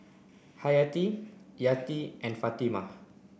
Hayati Yati and Fatimah